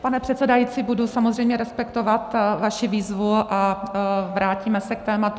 Pane předsedající, budu samozřejmě respektovat vaši výzvu a vrátíme se k tématu.